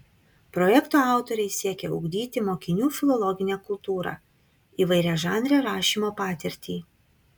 projekto autoriai siekia ugdyti mokinių filologinę kultūrą įvairiažanrę rašymo patirtį